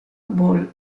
ball